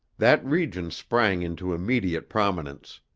that region sprang into immediate prominence.